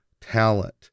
talent